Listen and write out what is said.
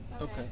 okay